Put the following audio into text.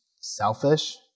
selfish